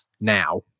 now